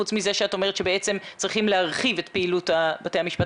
חוץ מזה שאת אומרת שבעצם צריכים להרחיב את פעילות בתי המשפט